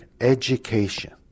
Education